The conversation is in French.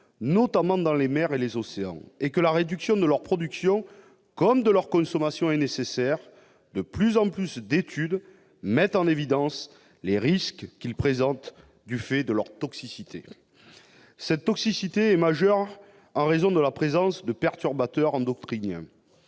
notamment dans les mers et les océans, et que la réduction de leur production, comme de leur consommation, est nécessaire, de plus en plus d'études mettent en évidence les risques qu'entraîne leur toxicité. Cette dernière est majeure en raison de la présence de perturbateurs endocriniens.